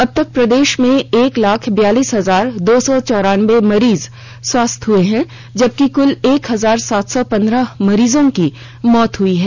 अबतक प्रदेश में एक लाख बयालीस हजार दो सौ चौरानबे मरीज स्वस्थ हए हैं जबकि कुल एक हजार सात सौ पंद्रह मरीजों की मौत हुई है